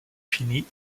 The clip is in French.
fini